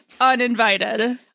Uninvited